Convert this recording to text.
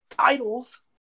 titles